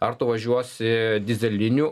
ar tu važiuosi dyzeliniu